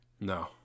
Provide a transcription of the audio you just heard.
No